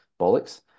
Bollocks